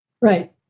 Right